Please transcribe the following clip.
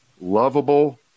lovable